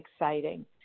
exciting